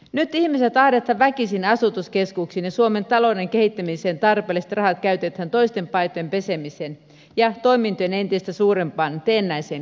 nyt ihmiset ahdetaan väkisin asutuskeskuksiin ja tarpeelliset rahat suomen talouden kehittämiseen käytetään toisten paitojen pesemiseen ja toimintojen entistä suurempaan teennäiseen keskittämiseen